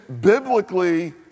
biblically